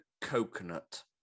coconut